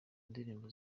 ndirimbo